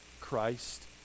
Christ